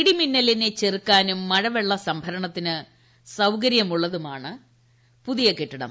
ഇടിമിന്നലിനെ ചെറുക്കാനും മഴവെള്ള സംഭരണത്തിന് സൌകര്യമുള്ളതുമാണ് പുതിയ കെട്ടിടം